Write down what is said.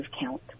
count